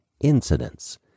incidents